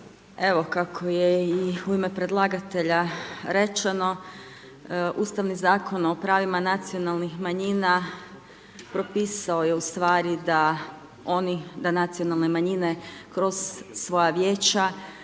Evo kako je i u ime predlagatelja rečeno, ustavni Zakon o pravima nacionalnih manjina propisao je ustvari da nacionalne manjine kroz svoja vijeća